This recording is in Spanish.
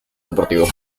deportivo